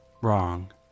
Wrong